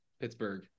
Pittsburgh